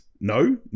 no